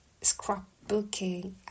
scrapbooking